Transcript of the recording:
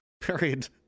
period